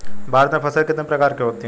भारत में फसलें कितने प्रकार की होती हैं?